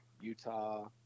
Utah